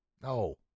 No